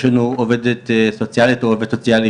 יש לנו עובדת סוציאלית או עובד סוציאלי